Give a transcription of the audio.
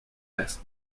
west